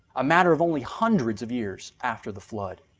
a matter of only hundreds of years after the flood.